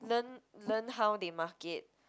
learn learn how they market